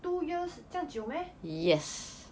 two years 这样久 meh